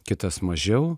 kitas mažiau